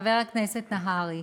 חבר הכנסת נהרי,